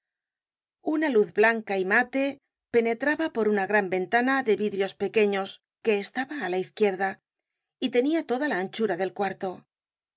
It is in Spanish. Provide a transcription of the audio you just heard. una luz blanca y mate penetraba por una gran ventana de vidrios pequeños que estaba á la izquierda y tenia toda la anchura del cuarto